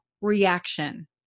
reaction